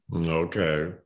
okay